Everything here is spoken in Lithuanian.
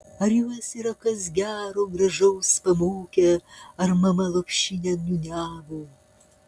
ar juos yra kas gero gražaus pamokę ar mama lopšinę niūniavo